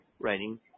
writing